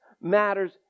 matters